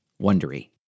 Wondery